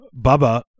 Bubba